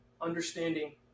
understanding